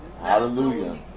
Hallelujah